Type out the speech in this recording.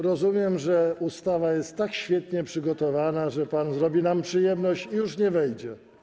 Rozumiem, że ustawa jest tak świetnie przygotowana, że pan zrobi nam przyjemność i już nie wejdzie.